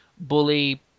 bully